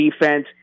defense